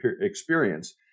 experience